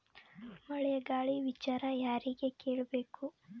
ಮಳೆ ಗಾಳಿ ವಿಚಾರ ಯಾರಿಗೆ ಕೇಳ್ ಬೇಕು?